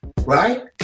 right